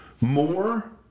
more